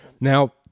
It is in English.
Now